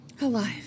Alive